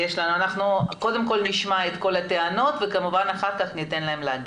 קודם נשמע את כל הטענות ואחר כך הם יתייחסו.